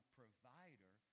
provider